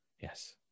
Yes